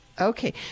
okay